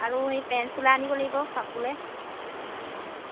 আৰু এই পেণ্ট চোলা আনিব লাগিব পাপুলৈ অঁ